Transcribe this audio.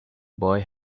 boy